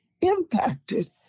impacted